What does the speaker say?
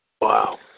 Wow